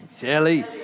Shelly